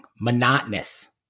monotonous